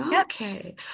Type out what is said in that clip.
Okay